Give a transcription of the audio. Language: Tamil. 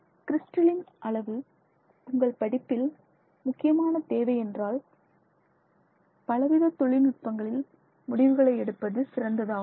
கிரிஸ்டலின் அளவு உங்கள் படிப்பில் முக்கியமான தேவை என்றால் பலவிதத் தொழில் நுட்பங்களில் முடிவுகளை எடுப்பது சிறந்ததாகும்